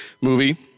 movie